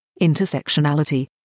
Intersectionality